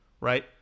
Right